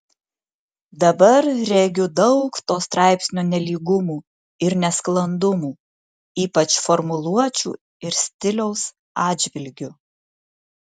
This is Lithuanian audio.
dabar regiu daug to straipsnio nelygumų ir nesklandumų ypač formuluočių ir stiliaus atžvilgiu